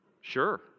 Sure